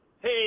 Hey